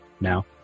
Now